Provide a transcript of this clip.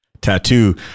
tattoo